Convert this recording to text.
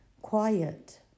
Quiet